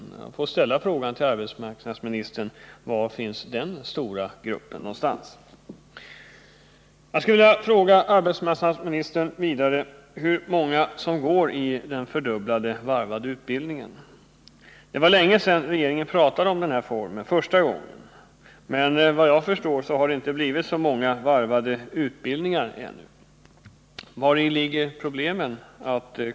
Jag vill här ställa frågan till arbetsmarknadsministern: Var finns den stora gruppen? Jag skulle vidare vilja fråga arbetsmarknadsministern: Hur många genomgår den fördubblade varvade utbildningen? Det var länge sedan regeringen pratade om denna form första gången, men det har, vad jag kan förstå, inte blivit så många varvade utbildningar. Vari ligger problemen?